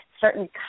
certain